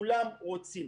כולם רוצים.